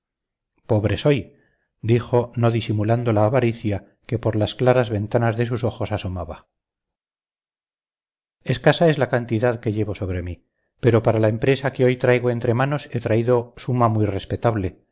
pobre soy dijo no disimulando la avaricia que por las claras ventanas de sus ojos asomaba escasa es la cantidad que llevo sobre mí pero para la empresa que hoy traigo entre manos he traído suma muy respetable